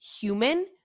human